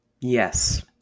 yes